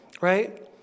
right